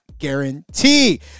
guarantee